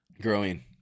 Growing